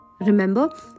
Remember